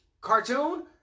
cartoon